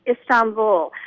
Istanbul